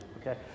Okay